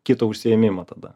kitą užsiėmimą tada